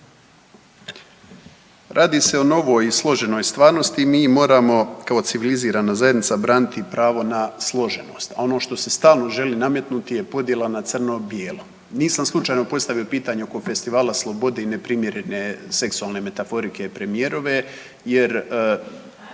Radi se o novoj i složenoj stvarnosti. Mi moramo kao civilizirana zajednica braniti pravo na složenost, a ono što se stalno želi nametnuti je podjela na crno bijelo. Nisam slučajno postavio pitanje oko Festivala slobode i neprimjerene seksualne metaforike premijerove jer